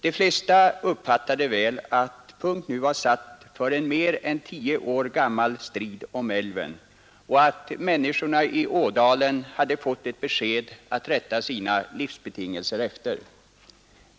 De flesta uppfattade väl det så att punkt nu var satt för en mer än tio är gammal strid om älven och så att människorna i ådalen hade fått ett besked att rätta sina livsbetingelser efter.